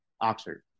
Oxford